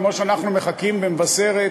כמו שאנחנו מחכים במבשרת,